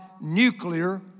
nuclear